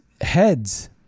heads